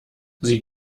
sie